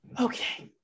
Okay